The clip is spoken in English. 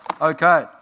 Okay